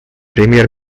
премьер